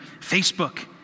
Facebook